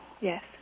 Yes